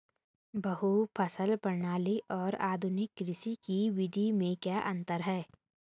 बहुविध फसल प्रणाली और आधुनिक कृषि की विधि में क्या अंतर है?